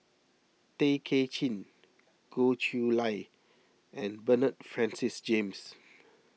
Tay Kay Chin Goh Chiew Lye and Bernard Francis James